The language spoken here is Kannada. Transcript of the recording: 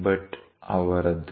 ಭಟ್ ಅವರದು